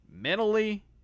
mentally